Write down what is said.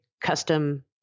custom